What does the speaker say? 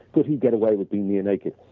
but he get away with being near naked.